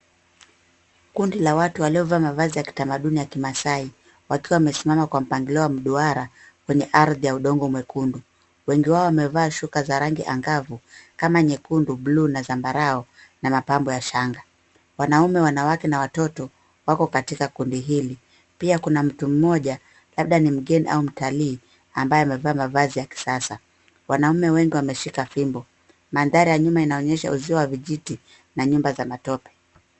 Kundi la watu wamevalia mavazi ya kitamaduni ya Kimasai. Wamesimama kwa mpangilio wa duara juu ya ardhi ya udongo mwekundu. Wengi wao wamevaa shuka za rangi ang’avu kama nyekundu, buluu na zambarau pamoja na mapambo ya shanga. Wanaume, wanawake na watoto wote wanapatikana katika kundi hili. Pia kuna mtu mmoja anayeonekana kuwa mgeni au mtalii, aliyevaa mavazi ya kisasa. Wanaume wengi wameshika fimbo. Mandhari ya nyuma inaonyesha uzio wa vijiti na nyumba za matope.